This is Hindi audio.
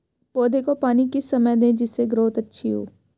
पौधे को पानी किस समय दें जिससे ग्रोथ अच्छी हो?